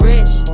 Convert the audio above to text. Rich